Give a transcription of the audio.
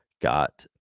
got